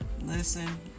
Listen